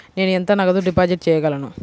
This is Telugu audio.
నేను ఎంత నగదు డిపాజిట్ చేయగలను?